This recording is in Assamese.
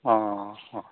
অঁ অঁ